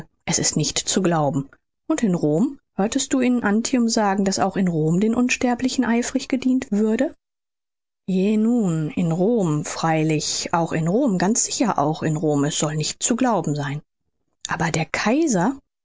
es ist nicht zu glauben und in rom hörtest du in antium sagen daß auch in rom den unsterblichen eifrig gedient würde je nun in rom freilich auch in rom ganz sicher auch in rom es soll nicht zu glauben sein aber der kaiser